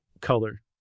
color